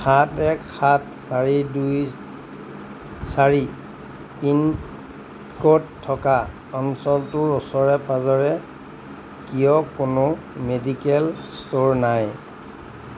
সাত এক সাত চাৰি দুই চাৰি পিন ক'ড থকা অঞ্চলটোৰ ওচৰে পাঁজৰে কিয় কোনো মেডিকেল ষ্ট'ৰ নাই